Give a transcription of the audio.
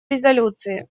резолюции